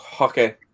Okay